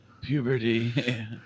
Puberty